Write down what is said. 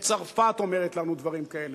וצרפת אומרת לנו דברים כאלה.